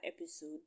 episode